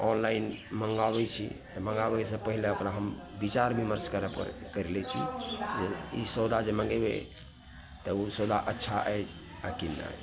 online मँगाबैत छी तऽ मँगाबैसँ पहिले ओकरा हम बिचार बिमर्श करै पड़ै करि लै छी जे ई सौदा जे मँगेबै तऽ ओ सौदा अच्छा अइ आ कि नहि